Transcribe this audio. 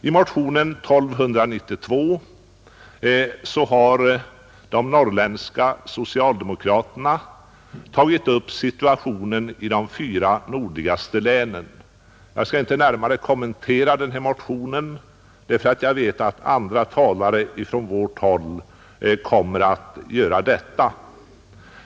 I motionen 1292 har de norrländska socialdemokraterna tagit upp situationen i de fyra nordligaste länen. Jag skall inte närmare kommentera motionen — andra talare från vårt håll kommer att göra det.